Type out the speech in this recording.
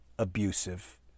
abusive